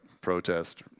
protest